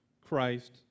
Christ